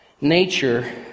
nature